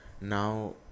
now